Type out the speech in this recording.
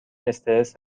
استرس